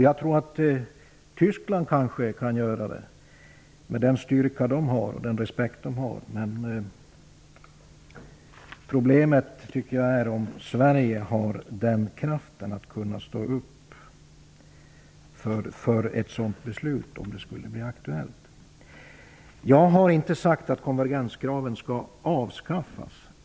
Jag tror att Tyskland kanske kan göra det med den styrka landet har och den respekt man åtnjuter. Frågan är bara om Sverige har den kraften att kunna stå upp för ett sådant beslut om det skulle bli aktuellt. Jag har inte sagt att konvergenskraven skall avskaffas.